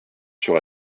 sur